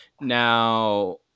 Now